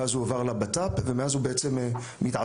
ואז הוא הועבר לבט"פ ומאז הוא בעצם מתעצם,